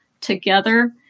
together